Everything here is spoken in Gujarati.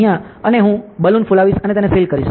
અને હું બલૂન ફુલાવીશ અને તેને સીલ કરીશ